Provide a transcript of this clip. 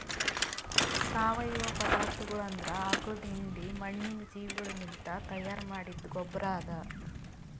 ಸಾವಯವ ಪದಾರ್ಥಗೊಳ್ ಅಂದುರ್ ಆಕುಳದ್ ಹೆಂಡಿ, ಮಣ್ಣಿನ ಜೀವಿಗೊಳಲಿಂತ್ ತೈಯಾರ್ ಮಾಡಿದ್ದ ಗೊಬ್ಬರ್ ಅದಾ